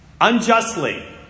unjustly